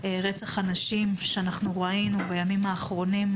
רצח הנשים שראינו בימים האחרונים,